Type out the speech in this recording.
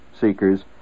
seekers